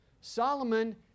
Solomon